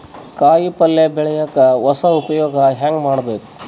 ಕಾಯಿ ಪಲ್ಯ ಬೆಳಿಯಕ ಹೊಸ ಉಪಯೊಗ ಹೆಂಗ ಮಾಡಬೇಕು?